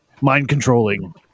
mind-controlling